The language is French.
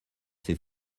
ces